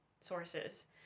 sources